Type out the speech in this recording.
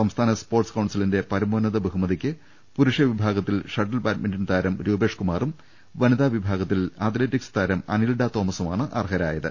സംസ്ഥാന സ്പോർട്സ് കൌൺസിലിന്റെ പരമോന്നത ബഹുമതിക്ക് പുരുഷ വിഭാഗ ത്തിൽ ഷട്ടിൽ ബാഡ്മിന്റൺ താരം രൂപേഷ്കുമാറും വനിതാ വിഭാഗത്തിൽ അത്ലറ്റിക്സ് താരം അനിൽഡ തോമസുമാണ് അർഹരായത്